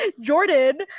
Jordan